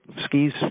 skis